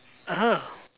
(uh huh)